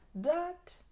Dot